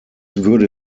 würde